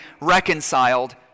reconciled